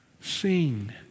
Sing